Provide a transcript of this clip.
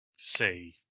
say